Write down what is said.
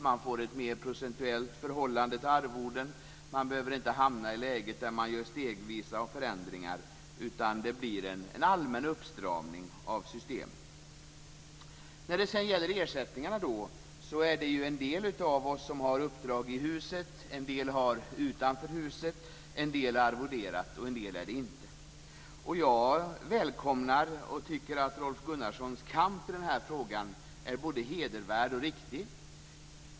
Man får ett mer procentuellt förhållande till arvoden. Man behöver inte hamna i lägen där man gör stegvisa förändringar, utan det blir en allmän uppstramning av systemet. När det sedan gäller ersättningarna är det en del av oss som har uppdrag i huset, en del utanför huset, en del arvoderade och en del inte arvoderade. Jag välkomnar Rolf Gunnarssons kamp i den här frågan, och jag tycker att den är både hedervärd och riktig.